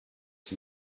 two